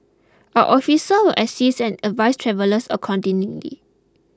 our officers will assist and advise travellers accordingly